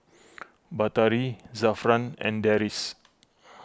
Batari Zafran and Deris